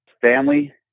family